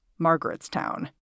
Margaretstown